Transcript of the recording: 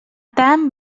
tant